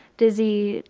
dizzy,